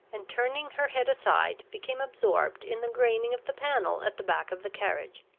and, turning her head aside, became absorbed in the graining of the panel at the back of the carriage.